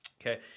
Okay